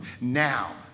Now